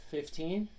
Fifteen